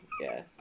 Yes